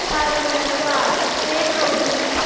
ಹಾಂ ರೀ ಮೇಡಮ್ ಅದು ಸ್ಟ್ರೇಟ್ ರೋಡ್ ರೀ ಮೇಡಮ್